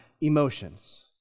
emotions